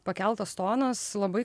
pakeltas tonas labai